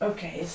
Okay